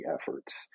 efforts